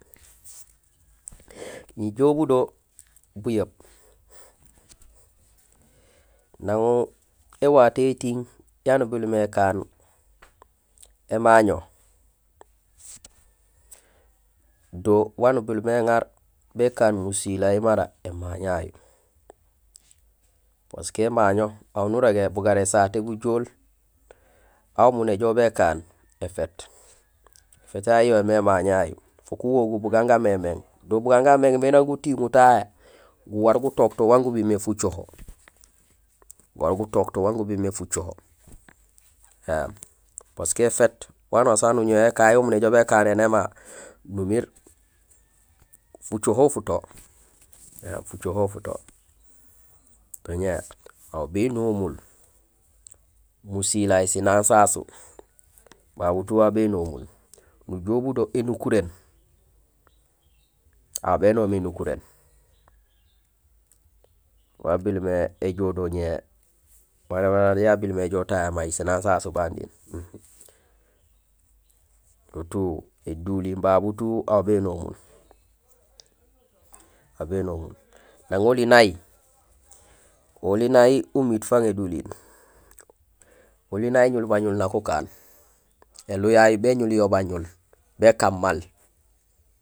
Nijool budo buyeeb, nang éwato étiiŋ yaan ubil mé ékaan émaño, do waan ubil mé éŋaar békaan musilay mara émaño yayu. Parce que émaño aw nurégé bugara ésaté gujool aw umu néjoow békaan éféét. Ēféét yayu yoomé émaño yayu. Fook uwoguul bugaan gamémééŋ. Do bugaan gamééŋ mé nang gutiiŋul tahé guwaar gutook to waan gubil mé fucoho; guwaar gutook to wan gubil mé fucoho éém. Parce que éféét wanusaan waan uñowé kahi umunéjoow békaan éné ma numiir fucoho ufuto éém fucoho ufuto. To ñéér aw bénomul musilay sinaaŋ sasu, babu tout aw bénomul. Nujoow budo énukuréén, aw bénoom énukuréén, wa bil mé éjoow do ñé malémalét ya bil éjoow tahé sinaaŋ sasu bandiin, do tout éduliin babu tout aw bénomul, aw bénomul. Nang oli nay, oli nay umiit fang éduliin, oli nay éñulbañul nak ukaan, élihu yayu béñulyo bañul